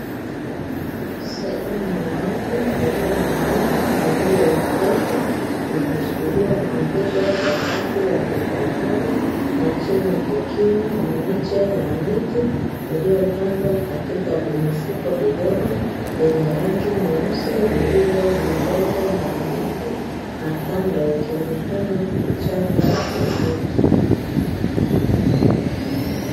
Sehemu ya wazi iliyo na banda lililoezekwa kwa kushikiliwa na nguzo za rangi ya bluu bahari na chini kukiwa na miche ya miti, iliyopandwa katika mifuko vidogo yenye rangi nyeusi vilivyo na udongo ndani yake kwa kando kukionekana na vichaka.